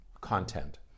content